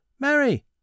Mary